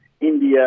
India